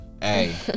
Hey